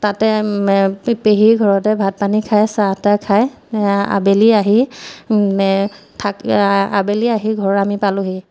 তাতে পেহীৰ ঘৰতে ভাত পানী খায় চাহ তাহ খায় আবেলি আহি থাক আবেলি আহি ঘৰ আমি পালোহি